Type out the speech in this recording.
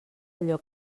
allò